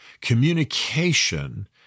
communication